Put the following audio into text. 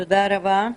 תודה רבה.